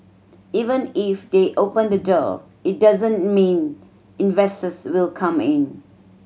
even if they open the door it doesn't mean investors will come in